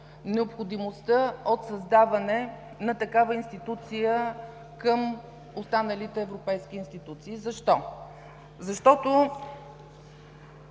необходимостта от създаване на такава институция към останалите европейски институции. Защо? Защото